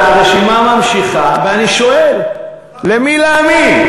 והרשימה נמשכת, ואני שואל: למי להאמין?